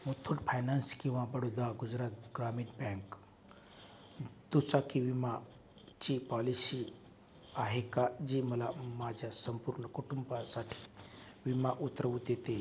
Muthoot finance किंवा Baroda Gujarat Gramin bank दुचाकी विमाची पॉलिसी आहे का जी मला माझ्या संपूर्ण कुटुंबासाठी विमा उतरवू देते